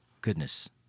goodness